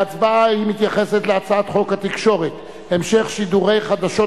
ההצבעה מתייחסת להצעת חוק התקשורת (המשך שידורי חדשות